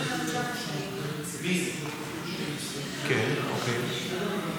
בסדר גמור,